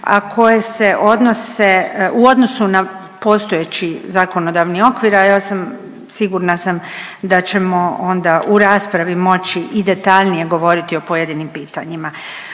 a koje se odnose u odnosu na postojeći zakonodavni okvir, a ja sam sigurna sam da ćemo onda u raspravi moći i detaljnije govoriti o pojedinim pitanjima.